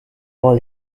all